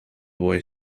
boy